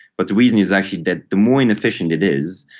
but the reason is actually that the more inefficient it is,